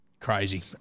Crazy